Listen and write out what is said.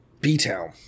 B-Town